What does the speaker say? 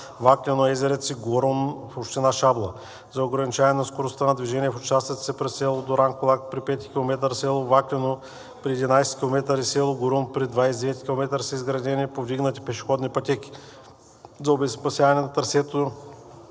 Ваклино, Езерец и Горун в община Шабла. За ограничаване на скоростта на движение в участъците през село Дуранкулак при 5-и км, село Ваклино при 11-и км и село Горун при 29-и км са изградени повдигнати пешеходни пътеки. За обезопасяване на трасето